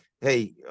Hey